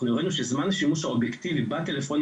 אנחנו ראינו שזמן השימוש האובייקטיבי בטלפונים